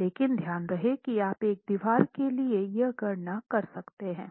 लेकिन ध्यान रहे की आप एक दीवार के लिए यह गणना कर रहे हैं